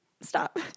stop